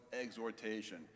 exhortation